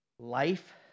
life